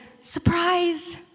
Surprise